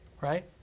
Right